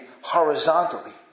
horizontally